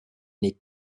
les